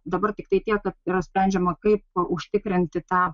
dabar tiktai tiek kad yra sprendžiama kaip užtikrinti tą